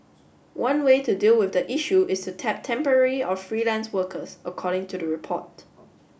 one way to deal with the issue is to tap temporary or freelance workers according to the report